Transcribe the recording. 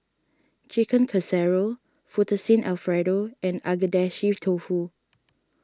Chicken Casserole Fettuccine Alfredo and Agedashi Dofu